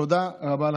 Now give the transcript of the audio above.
תודה רבה לכם.